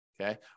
Okay